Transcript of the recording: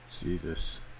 Jesus